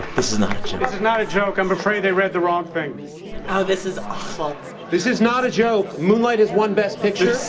this is not a joke this is not a joke. i'm afraid they read the wrong thing oh, this is awful this is not a joke. moonlight has won best picture this